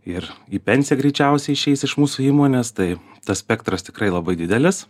ir į pensiją greičiausiai išeis iš mūsų įmonės tai tas spektras tikrai labai didelis